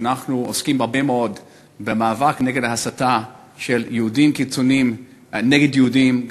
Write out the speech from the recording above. כשאנחנו עוסקים הרבה מאוד במאבק נגד הסתה של יהודים קיצונים נגד יהודים,